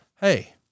Hey